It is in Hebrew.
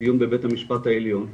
בדיון בבית המשפט העליון,